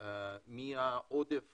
מהעודף